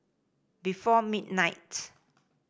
before midnight